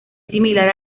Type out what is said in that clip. similar